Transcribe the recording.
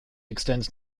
extends